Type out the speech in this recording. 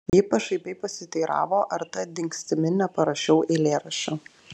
ji pašaipiai pasiteiravo ar ta dingstimi neparašiau eilėraščio